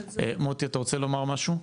מוטי אתה רוצה לומר משהו?